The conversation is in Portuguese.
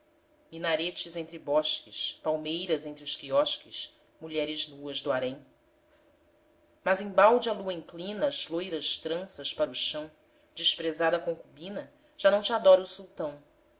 também minaretes entre bosques palmeiras entre os quiosques mulheres nuas do harém mas embalde a lua inclina as loiras tranças pra o chão desprezada concubina já não te adora o sultão